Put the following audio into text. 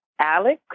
Alex